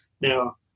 Now